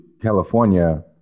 California